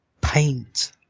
paint